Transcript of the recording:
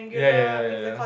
ya ya ya ya ya